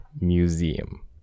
museum